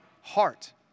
heart